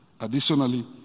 Additionally